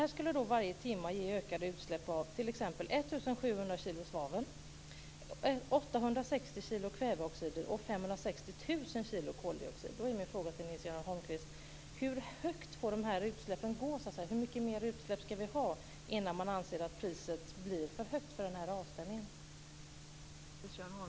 Det skulle varje timme ge ökade utsläpp av t.ex. 1 700 kilo svavel, 860 kilo kväveoxider och Då är min fråga till Nils-Göran Holmqvist: Hur mycket mer utsläpp ska vi ha innan man anser att priset för avställningen blir för högt?